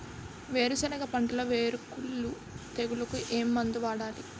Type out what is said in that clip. వేరుసెనగ పంటలో వేరుకుళ్ళు తెగులుకు ఏ మందు వాడాలి?